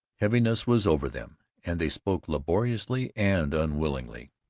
heaviness was over them and they spoke laboriously and unwillingly.